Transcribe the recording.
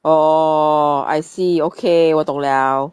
oh I see okay 我懂 liao